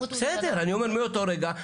סוף סוף התכבדתם ובאתם לכנסת.